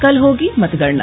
कल होगी मतगणना